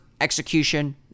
execution